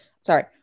sorry